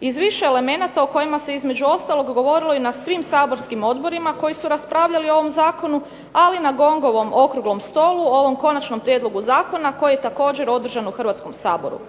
Iz više elemenata o kojima se između ostalog govorilo i na svim saborskim odborima koji su raspravljali o ovom zakonu ali i na GONG- ovom okruglom stolu o ovom konačnom prijedlogu zakona koji je također održan u Hrvatskom saboru.